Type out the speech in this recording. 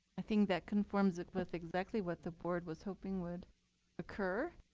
i think that conforms it with exactly what the board was hoping would occur.